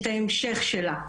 את ההמשך שלה.